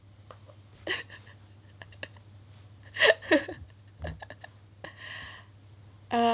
uh